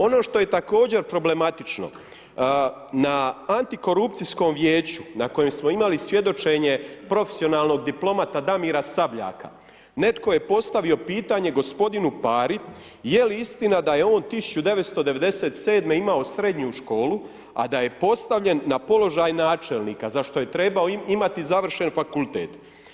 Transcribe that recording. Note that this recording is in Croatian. Ono što je također problematično, na antikorupcijskom vijeću, na kojem smo imali svjedočenje profesionalnog diplomata Damira Sabljaka, netko je postavio pitanje g. Pari, je li istina, da je on 1997. imao srednju školu, a da je postavljen na položaj načelnika, za što je trebao imati završen fakultet.